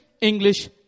English